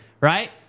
Right